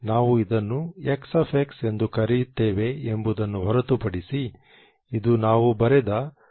ನಾವು ಇದನ್ನು X ಎಂದು ಕರೆಯುತ್ತೇವೆ ಎಂಬುದನ್ನು ಹೊರತುಪಡಿಸಿ ಇದು ನಾವು ಬರೆದ ψ ಅನ್ನು ಹೋಲುತ್ತದೆ